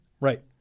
Right